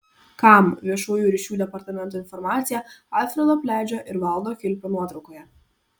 kam viešųjų ryšių departamento informacija alfredo pliadžio ir valdo kilpio nuotraukoje